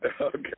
Okay